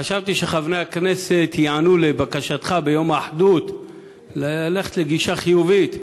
חשבתי שחברי הכנסת ייענו לבקשתך ביום האחדות ללכת לגישה חיובית.